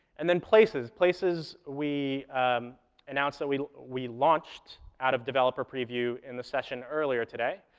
and then places places we announced that we we launched out of developer preview in the session earlier today.